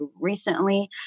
recently